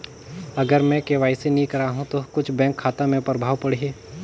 अगर मे के.वाई.सी नी कराहू तो कुछ बैंक खाता मे प्रभाव पढ़ी?